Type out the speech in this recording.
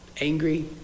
Angry